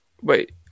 Wait